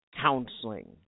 counseling